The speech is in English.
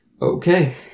Okay